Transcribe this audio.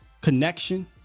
connection